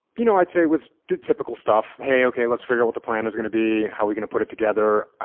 you know i'd say it was the typical stuff. hey, okay, let's figure out what the plan is going to be, how we're going to put it together.